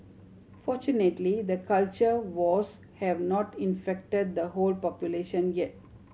fortunately the culture wars have not infected the whole population yet